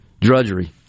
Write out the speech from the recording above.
drudgery